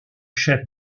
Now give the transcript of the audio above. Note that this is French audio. chef